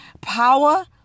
power